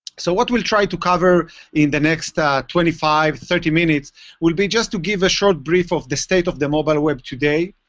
so what we'll try to cover in the next ah twenty five, thirty minutes will be just to give a short brief of the state of the mobile web today.